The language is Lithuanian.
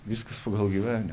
viskas pagal gyvenimą